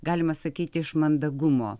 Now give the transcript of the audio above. galima sakyti iš mandagumo